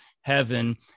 heaven